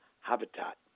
habitat